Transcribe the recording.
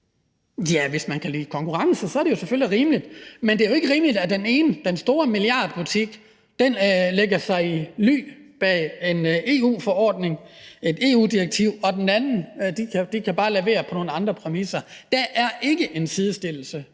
Jah, hvis man kan lide konkurrence, er det jo selvfølgelig rimeligt. Men det er jo ikke rimeligt, at den store milliardbutik lægger sig i ly bag en EU-forordning, et EU-direktiv, og at den anden bare kan levere på nogle andre præmisser. Der er ikke en sidestillelse